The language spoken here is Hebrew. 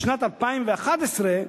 בשנת 2011,